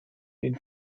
den